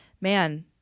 man